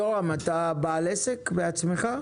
יורם, אתה בעל עסק בעצמך?